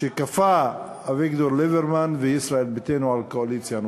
שכפו אביגדור ליברמן וישראל ביתנו על הקואליציה הנוכחית,